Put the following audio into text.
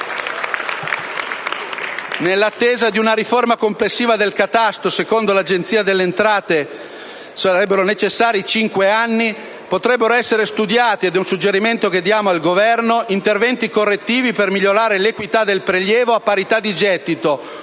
Nell'attesa di una riforma complessiva del catasto (secondo l'Agenzia delle entrate sarebbero necessari cinque anni) potrebbero essere studiati - ed è un suggerimento che diamo al Governo - interventi correttivi per migliorare l'equità del prelievo a parità di gettito,